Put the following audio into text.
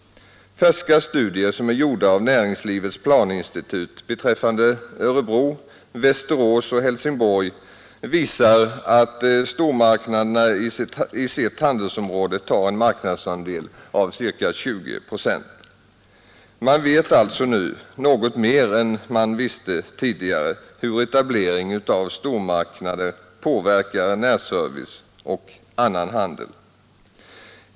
Färska studier som är gjorda av Näringslivets planinstitut beträffande Örebro, Västerås och Helsingborg visar, att stormarknaderna i sitt handelsområde tar en marknadsandel av ca 20 procent. Man vet alltså nu något mer än man visste tidigare hur etablering av stormarknader påverkar närservice och annan handel.